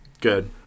Good